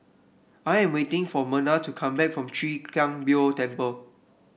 I am waiting for Merna to come back from Chwee Kang Beo Temple